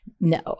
no